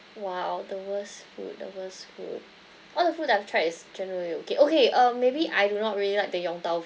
!wow! the worst food the worst food all the food that I've tried is generally okay okay um maybe I do not really like the yong tau